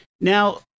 Now